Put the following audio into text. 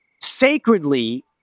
sacredly